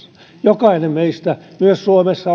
jokainen meistä myös suomessa